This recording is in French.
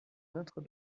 notre